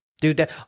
Dude